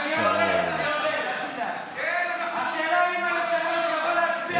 השאלה אם היושב-ראש יבוא להצביע.